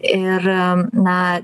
ir na